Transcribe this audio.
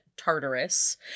Tartarus